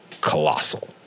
colossal